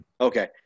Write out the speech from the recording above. Okay